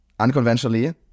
unconventionally